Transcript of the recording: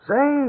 Say